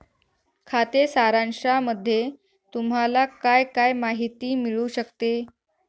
खाते सारांशामध्ये तुम्हाला काय काय माहिती मिळू शकते?